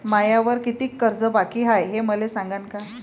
मायावर कितीक कर्ज बाकी हाय, हे मले सांगान का?